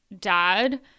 dad